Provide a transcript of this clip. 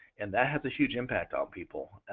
and that have a huge impact on people.